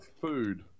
food